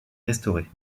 restaurées